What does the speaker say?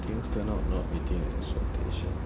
things turn out not meeting your expectation